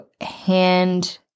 hand